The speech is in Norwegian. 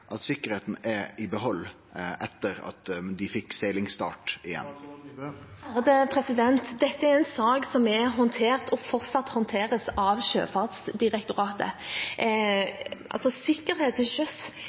at sikkerheita er i behald etter at dei fekk seglingsstart igjen? Dette er en sak som er håndtert og fortsatt håndteres av Sjøfartsdirektoratet. Sikkerhet til sjøs